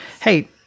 hey